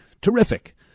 Terrific